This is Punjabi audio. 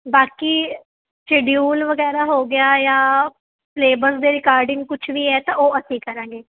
ਬਾਕੀ ਸ਼ੈਡਿਊਲ ਵਗੈਰਾ ਹੋ ਗਿਆ ਜਾਂ ਸਲੇਬਸ ਦੇ ਰਿਗਾਰਡਿੰਗ ਕੁਛ ਵੀ ਹੈ ਤਾਂ ਉਹ ਅਸੀਂ ਕਰਾਂਗੇ